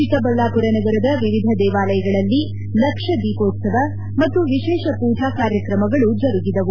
ಚಿಕ್ಕಬಳ್ಳಾಮರ ನಗರದ ವಿವಿಧ ದೇವಾಲಯಗಳಲ್ಲಿ ಲಕ್ಷ ದೀಪೋತ್ಸವ ಮತ್ತು ವಿಶೇಷ ಪೂಜಾ ಕಾರ್ಯಕ್ರಮಗಳು ಜರುಗಿದವು